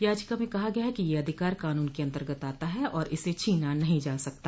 याचिका में कहा गया है कि ये अधिकार कानून के अंतर्गत आता है और इसे छीना नहीं जा सकता